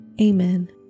Amen